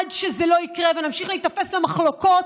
עד שזה לא יקרה ונמשיך להיתפס למחלוקות,